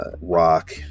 Rock